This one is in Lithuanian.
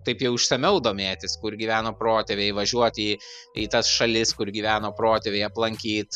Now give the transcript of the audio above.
taip jau išsamiau domėtis kur gyveno protėviai važiuoti į į tas šalis kur gyveno protėviai aplankyt